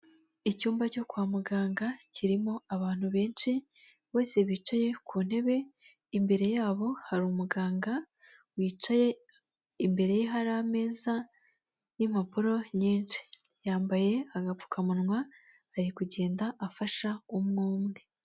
Icyumba cyo kwa muganga kirimo abantu benshi bose bicaye ku ntebe imbere yabo hari umuganga wicaye, imbere ye hari ameza n'impapuro nyinshi yambaye agapfukamunwa ari kugenda afasha umwu umwe.